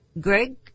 Greg